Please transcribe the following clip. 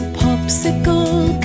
popsicle